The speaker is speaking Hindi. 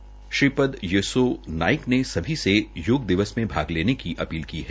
आय्ष मंत्री श्रीपद येसो नाईक ने सभी से योग दिवस में भाग लेने की अपील की है